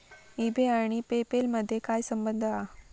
E बे आणि PayPal मधे काय संबंध हा?